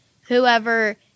whoever